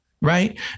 right